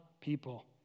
people